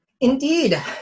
Indeed